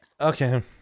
Okay